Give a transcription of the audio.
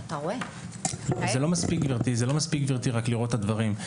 זה לא מספיק רק לראות את הדברים.